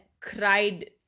cried